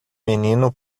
menino